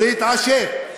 ולהתעשת,